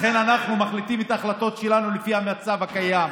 לכן אנחנו מחליטים את ההחלטות שלנו לפי המצב הקיים.